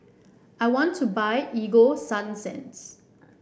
I want to buy Ego Sunsense